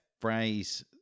phrase